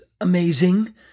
amazing